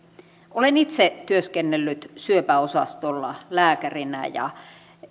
olen itse työskennellyt syöpäosastolla lääkärinä ja